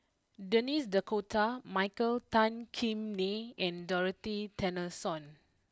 Denis D Cotta Michael Tan Kim Nei and Dorothy Tessensohn